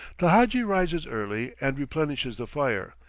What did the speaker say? the hadji rises early and replenishes the fire,